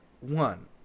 One